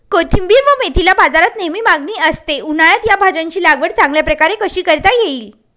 कोथिंबिर व मेथीला बाजारात नेहमी मागणी असते, उन्हाळ्यात या भाज्यांची लागवड चांगल्या प्रकारे कशी करता येईल?